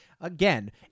again